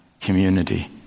community